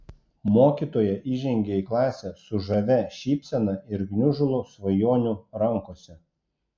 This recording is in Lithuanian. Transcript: mokytoja įžengė į klasę su žavia šypsena ir gniužulu svajonių rankose